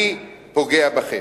אני פוגע בכם.